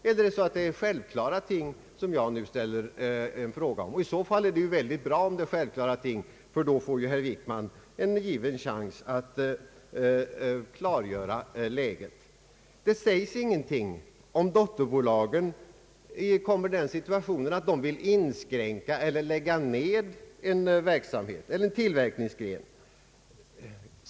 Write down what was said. Är det självklara ting som jag nu vill ha besked om, så är det ju bra, ty då får herr Wickman en given chans att klargöra läget. Det har vidare inte sagts någonting om vad som skall ske om ett dotterbolag kommer i den situationen att det vill inskränka eller lägga ned en tillverkningsgren.